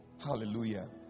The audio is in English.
Hallelujah